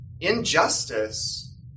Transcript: Injustice